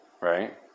right